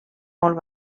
molt